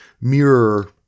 mirror